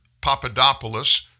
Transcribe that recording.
Papadopoulos